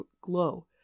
glow